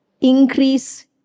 increase